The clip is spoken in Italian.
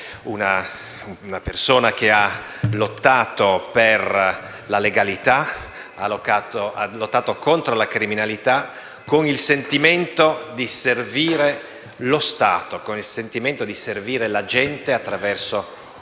Una persona che ha lottato per la legalità e contro la criminalità con il sentimento di servire lo Stato, con il sentimento di servire la gente attraverso un'azione